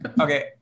Okay